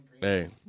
Hey